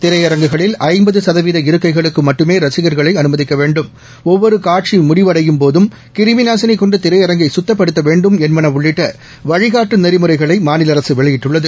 திரையரங்குகளில் ஐம்பது சதவீத இருக்கைகளுக்கு மட்டுமே ரசிகர்களை அனுமதிக்க வேண்டும் ஒவ்வொரு காட்சி முடிவடையும்போதும் கிருமிநாசினி கொண்டு திரையரங்கை சுத்தப்படுத்த வேண்டும் என்பது உள்ளிட்ட வழிகாட்டு நெறிமுறைகளை மாநில அரசு வெளியிடப்பட்டுள்ளது